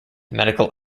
medical